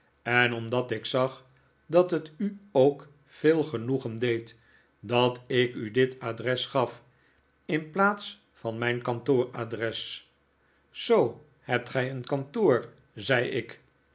en omdat ik zag dat het u ook veel genoegen deed dat ik u dit adres gaf in plaats van mijn kantoor adres zoo hebt gij een kantoor zei ik